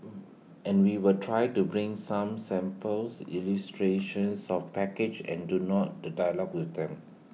and we will try to bring some samples illustrations of package and do not the dialogue with them